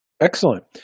Excellent